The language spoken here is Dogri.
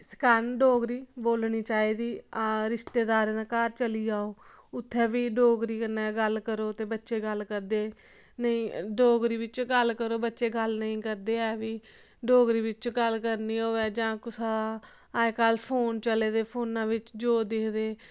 इस कारण डोगरी बोलनी चाहिदी रिश्तेदारें दे घर चली जाओ उत्थैं बी डोगरी कन्नै गल्ल करो ते बच्चे गल्ल करदे नेईं डोगरी बिच्च गल्ल करो बच्चे गल्ल नेईं करदे ऐ फ्ही डोगरी बिच्च गल्ल करनी होऐ जां कुसै दा अज्ज कल फोन चले दे फोना बिच्च जो दिखदे